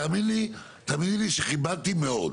תאמיני לי, כיבדתי מאוד.